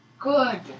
Good